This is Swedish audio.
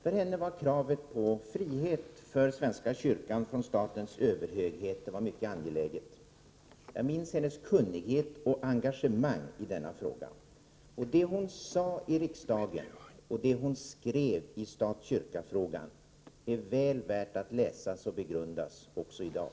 För henne var kravet på frihet för svenska kyrkan från statens överhöghet mycket angelägen. Jag minns hennes kunnighet och engagemang i den frågan. Det hon sade i riksdagen och det hon skrev i stat-kyrka-frågan är väl värt att läsas och begrundas också i dag.